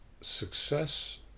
success